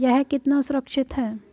यह कितना सुरक्षित है?